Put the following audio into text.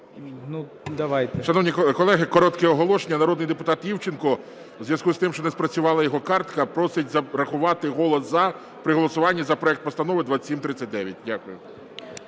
Шановні колеги, коротке оголошення. Народний депутат Івченко у зв'язку з тим, що не спрацювала його картка, просить зарахувати голос "за" при голосуванні за проект Постанови 2739. Дякую